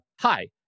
Hi